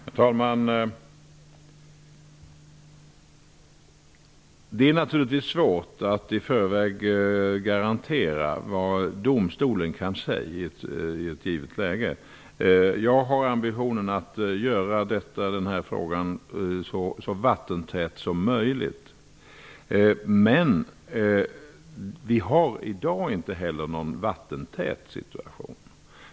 Herr talman! Det är naturligtvis svårt att i förväg garantera vad domstolen kan säga i ett givet läge. Jag har ambitionen att göra den här frågan så vattentät som möjligt. Men vi har inte heller i dag någon vattentät situation.